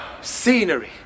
scenery